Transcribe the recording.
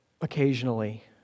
occasionally